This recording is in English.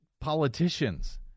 politicians